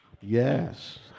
Yes